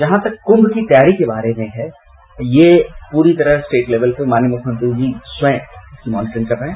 जहां तक कुंभ की तैयारी के बारे में है यह पूरी तरह से स्टेट लेवल पर माननीय मुख्यमंत्री जी स्वयं इसकी मॉनिटरिंग कर रहे है